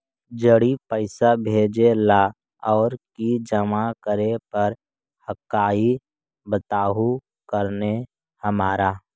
जड़ी पैसा भेजे ला और की जमा करे पर हक्काई बताहु करने हमारा?